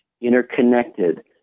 interconnected